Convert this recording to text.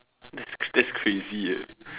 that's that's crazy eh